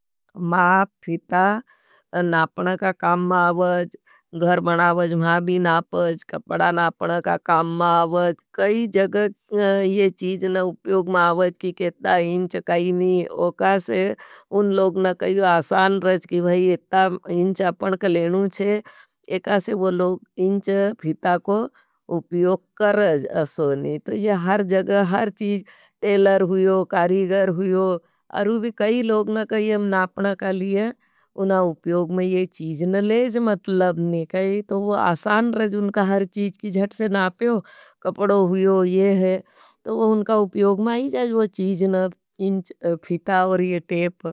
मा, फिता, नापण का काम मा आवज, घर बनावज, भाभी नापज, कपड़ा नापण का काम मा आवज। कई जग ये चीज़न उप्योग मा आवज की केता हिंच काईनी। ओकासे उन लोगन काई आसान रज की भाई इता हिंच आपन का लेनु छे। एकासे वो लोग इंच, फिता को उप्योग कर ज असोनी, तो ये हर जग, हर चीज टेलर हुयो, कारीगर हुयो। अरुभी कई लोग ना कहीं नापण काली हैं, उन्हां उप्योग में ये चीज़ न लेज, मतलब नी कहीं। तो वो आसान रज, उनका हर चीज की जट से नापयो, कपड़ो हुयो। ये है, तो उनका उप्योग में आईजाज वो ईंच न फिता और ये टेप।